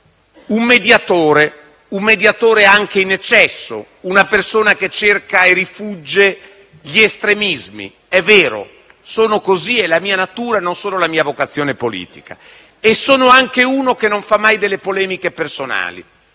sempre un mediatore, anche in eccesso, una persona che cerca e rifugge gli estremismi. È vero, sono così, è la mia natura e non solo la mia vocazione politica. E sono anche uno che non fa mai delle polemiche personali.